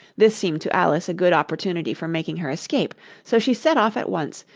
this seemed to alice a good opportunity for making her escape so she set off at once,